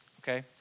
Okay